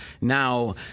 Now